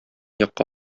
якка